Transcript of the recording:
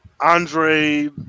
Andre